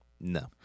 No